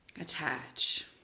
attach